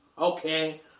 Okay